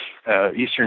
Eastern